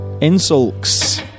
Insults